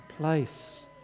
place